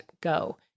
go